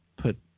put